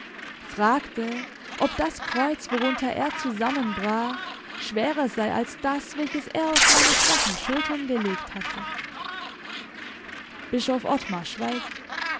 fragte ob das kreuz worunter er zusammenbrach schwerer sei als das welches er auf meine schwachen schultern gelegt hatte bischof ottmar schweigt